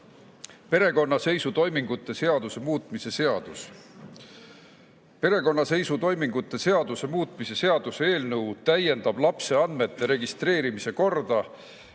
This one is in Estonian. perekonnaseisutoimingute seaduse muutmise seadus. Perekonnaseisutoimingute seaduse muutmise seaduse eelnõu täiendab lapse andmete registreerimise korda